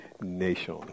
nation